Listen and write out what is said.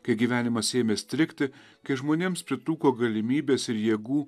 kai gyvenimas ėmė strigti kai žmonėms pritrūko galimybės ir jėgų